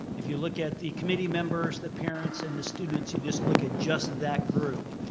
if you look at the community members, the parents, and the students, you just look at just that group,